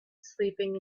sleeping